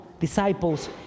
Disciples